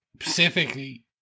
specifically